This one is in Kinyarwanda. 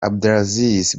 abdelaziz